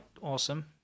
awesome